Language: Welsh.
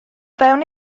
fewn